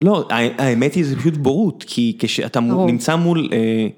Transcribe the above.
לא, האמת היא זה פשוט בורות, כי כשאתה נמצא מול...